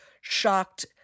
shocked